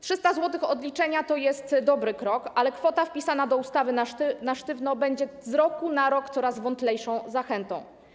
300 zł odliczenia to jest dobry krok, ale kwota wpisana do ustawy na sztywno będzie z roku na rok coraz wątlejszą zachętą.